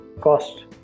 cost